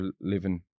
living